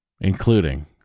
including